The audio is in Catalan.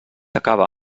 acaba